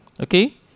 Okay